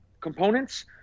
components